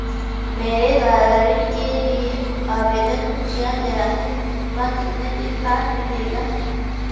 मेरे द्वारा ऋण के लिए आवेदन किया गया है वह कितने दिन बाद मिलेगा?